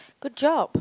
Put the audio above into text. good job